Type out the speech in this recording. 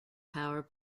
power